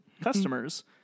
customers